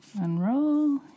unroll